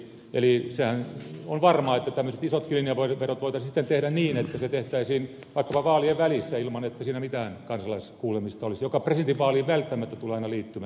eli sehän on varmaa että tämmöiset isotkin linjanvedot voitaisiin sitten tehdä niin että se tehtäisiin vaikka vaalien välissä ilman että siinä olisi mitään kansalaiskuulemista joka presidentinvaaliin välttämättä tulee aina liittymään